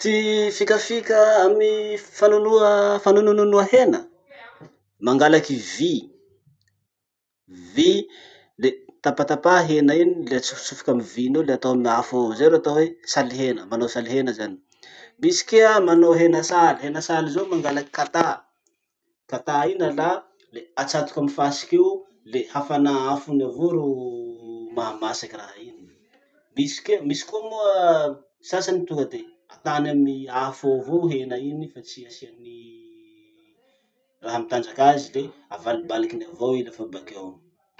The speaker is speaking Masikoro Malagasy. Ty fikafika amy fanonoa fanononoa hena. Mangalaky vy, vy le tapatapahy hena iny, le atsofotsoky amy vy iny eo le atao amy afo eo. Zay ro atao hoe saly hena, manao saly hena zany. Misy kea manao hena saly. Hena saly zao mangalaky katà, katà iny alà le atsatoky amy fasiky eo, le hafanà afo iny avao ro mahamasaky raha iny. Misy kea misy koa moa sasany tonga de atany amy afo eo avao hena iny fa tsy asiany raha mitanjaky azy le avalibalikin'ny avao i lafa bakeo.